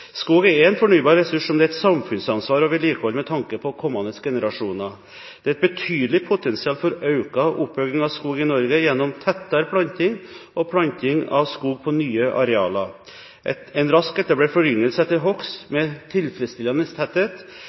Skog er en fornybar ressurs som det er et samfunnsansvar å vedlikeholde med tanke på kommende generasjoner. Det er et betydelig potensial for økt oppbygging av skog i Norge gjennom tettere planting og planting av skog på nye arealer. En raskt etablert foryngelse etter hogst med tilfredsstillende tetthet